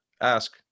ask